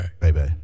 Baby